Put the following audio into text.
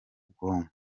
bwonko